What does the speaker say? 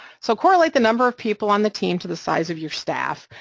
so correlate the number of people on the team to the size of your staff,